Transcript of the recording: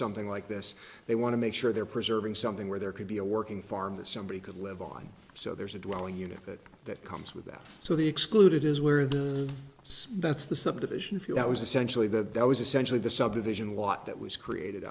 something like this they want to make sure they're preserving something where there could be a working farm that somebody could live on so there's a dwelling unit that comes with that so the excluded is where they say that's the subdivision feel that was essentially that that was essentially the subdivision lot that was created